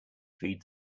feed